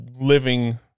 living